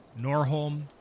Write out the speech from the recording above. Norholm